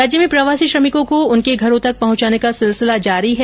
राज्य में प्रवासी श्रमिकों को उनके घरों तक पहुंचाने का सिलसिला जारी है